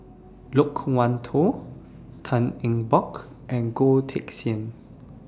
Loke Wan Tho Tan Eng Bock and Goh Teck Sian